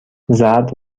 زرد